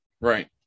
Right